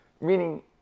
meaning